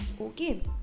okay